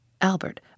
Albert